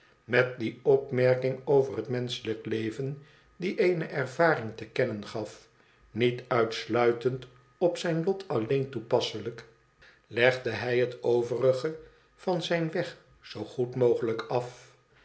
met die opmerking over het menschelijk leven die eene ervaring te kennen gaf niet uitsluitend op zijn lot alleen toepasselijk legde hij het overige van zijn weg zoo goed mogelijk af